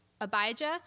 Abijah